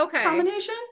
combination